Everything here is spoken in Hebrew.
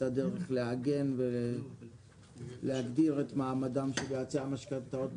הדרך לעגן ולהגדיר את מעמדם של יועצי המשכנתאות.